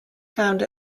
found